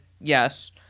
yes